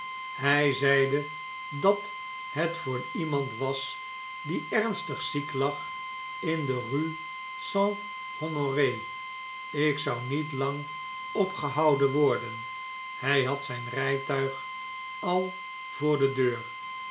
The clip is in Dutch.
hjj zeide dat het voor iemand was die ernstig ziek lag in de r u e st honore ik zou niet lang opgehouden worden hjj had zjjn rijtuig al voor de deur